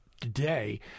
today